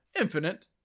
infinite